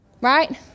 right